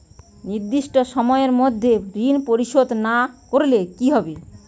নির্দিষ্ট সময়ে মধ্যে ঋণ পরিশোধ না করলে কি হবে?